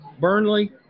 Burnley